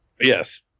Yes